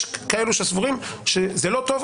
יש כאלו שסבורים שזה לא טוב,